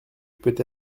peut